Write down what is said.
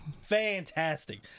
Fantastic